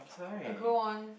uh go on